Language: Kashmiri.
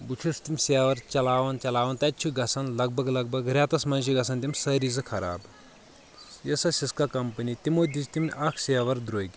بہٕ چھُس تِم سیور چلاوان چلاوان تتہِ چھُ گژھان لگ بگ لگ بگ رٮ۪تس منٛز چھِ گژھان تِم سٲری زٕ خراب یس سۄ سسکا کمپٔنی تِمو دِژ تِم اکھ سیور درٛوٚگۍ